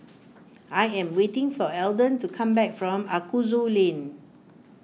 I am waiting for Elden to come back from Aroozoo Lane